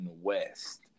West